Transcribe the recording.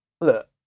look